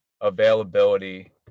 availability